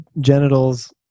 genitals